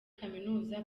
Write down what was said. kaminuza